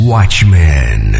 Watchmen